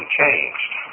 changed